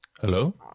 Hello